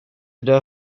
där